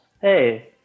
Hey